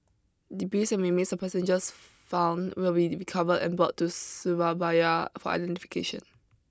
Debris and remains of passengers found will be recovered and brought to Surabaya for identification